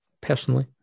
personally